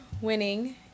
winning